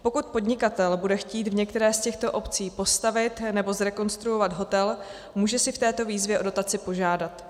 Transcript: Pokud podnikatel bude chtít v některé z těchto obcí postavit nebo zrekonstruovat hotel, může si v této výzvě o dotaci požádat.